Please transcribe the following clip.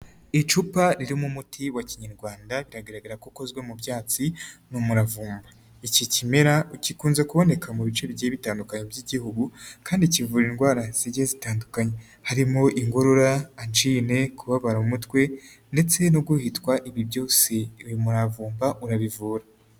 Icupa ririmo umuti wa kinyarwanda rigaragara ko ukozwe mu byatsi ni umuravumba, iki kimera gikunze kuboneka mu bice bigiye bitandukanye by'igihugu kandi kivura indwara zigiye zitandukanye harimo inkorora, anjine, kubabara umutwe ndetse no guhitwa, ibi byose uyu muravumba urabivura.